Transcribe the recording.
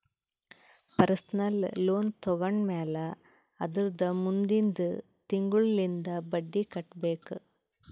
personal loan ತೊಂಡಮ್ಯಾಲ್ ಅದುರ್ದ ಮುಂದಿಂದ್ ತಿಂಗುಳ್ಲಿಂದ್ ಬಡ್ಡಿ ಕಟ್ಬೇಕ್